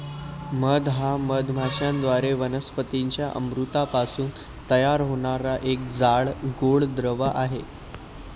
मध हा मधमाश्यांद्वारे वनस्पतीं च्या अमृतापासून तयार होणारा एक जाड, गोड द्रव आहे